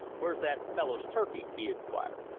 where's that fellow's turkey? he inquired.